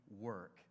work